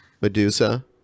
Medusa